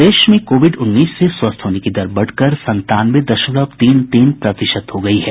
प्रदेश में कोविड उन्नीस से स्वस्थ होने की दर बढ़कर संतानवे दशमलव तीन तीन प्रतिशत हो गयी है